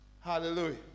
hallelujah